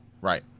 right